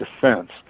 defense